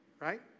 right